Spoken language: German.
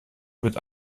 wird